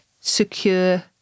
secure